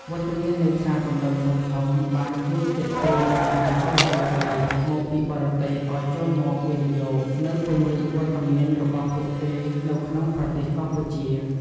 វត្តមាននៃផ្សារទំនើបធំៗបានជួយទាក់ទាញម៉ាកយីហោល្បីៗមកពីបរទេសឲ្យចូលមកវិនិយោគ និងពង្រីកវត្តមានរបស់ពួកគេនៅក្នុងប្រទេសកម្ពុជា។